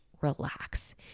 relax